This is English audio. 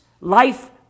life